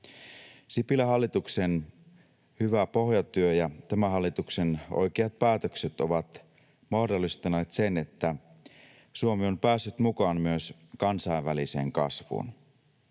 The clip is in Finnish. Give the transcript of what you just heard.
Sipilän hallituksen hyvä pohjatyö ja tämän hallituksen oikeat päätökset ovat mahdollistaneet sen, että Suomi on päässyt mukaan myös kansainväliseen kasvuun.